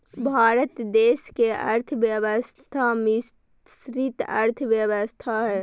भारत देश के अर्थव्यवस्था मिश्रित अर्थव्यवस्था हइ